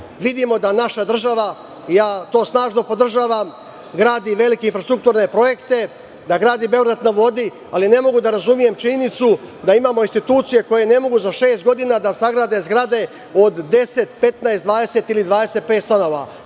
Vidimo da naša država, ja to snažno podržavam, gradi velike infrastrukturne projekte, da gradi „Beograd na vodi“, ali ne mogu da razumem činjenicu da imamo institucije koje ne mogu za šest godina da sagrade zgrade od 10, 15, 20 ili 25 stanova.